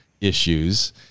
issues